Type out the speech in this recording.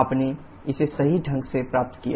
आपने इसे सही ढंग से प्राप्त किया